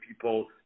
people